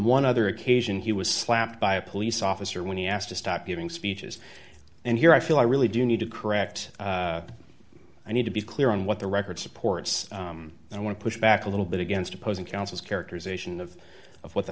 one other occasion he was slapped by a police officer when he asked to stop giving speeches and here i feel i really do need to correct i need to be clear on what the record supports and i want to push back a little bit against opposing counsel's characterization of of what the